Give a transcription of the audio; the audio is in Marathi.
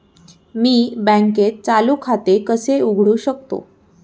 मी बँकेत चालू खाते कसे उघडू शकतो?